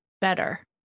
better